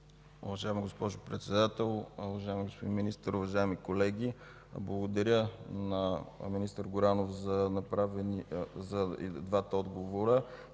Уважаема госпожо Председател, уважаеми господин Министър, уважаеми колеги! Благодаря на министър Горанов за двата отговора.